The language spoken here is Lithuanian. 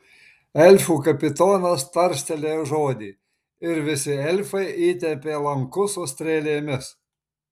elfų kapitonas tarstelėjo žodį ir visi elfai įtempė lankus su strėlėmis